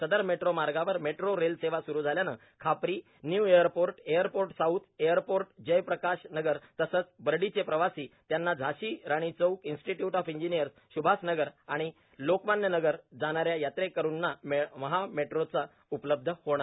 सदर मेट्रो मार्गावर metro rail सेवा सुरु झाल्याने Khapri new airport airport south airport Jai Prakash Nagar तसेच बर्डीचे प्रवासी ज्यांना झासी Rani Chowk institute of engineers Subhash Nagar आणि और लोकमान्य नगर जाणाऱ्यां यात्रेकरुणा मेट्रो सेवा उपलब्ध होणार